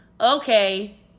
Okay